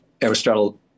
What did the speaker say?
Aristotle